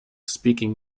speaking